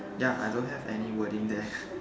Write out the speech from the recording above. ya I don't have any wording there